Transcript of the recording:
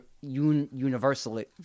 universally –